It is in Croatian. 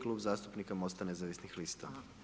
Klub zastupnika MOST-a nezavisnih lista.